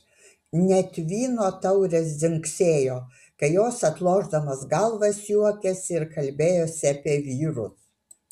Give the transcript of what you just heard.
net vyno taurės dzingsėjo kai jos atlošdamos galvas juokėsi ir kalbėjosi apie vyrus